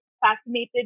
fascinated